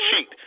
cheat